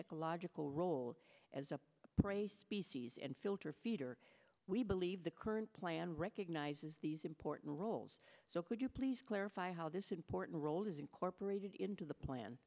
ecological role as a prey species and filter feeder we believe the current plan recognizes these important roles so could you please clarify how this important role is incorporated into the plan